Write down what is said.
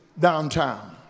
downtown